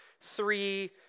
three